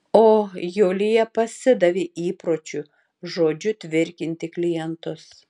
o julija pasidavė įpročiui žodžiu tvirkinti klientus